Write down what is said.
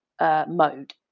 mode